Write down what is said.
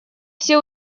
все